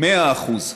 במאה אחוז.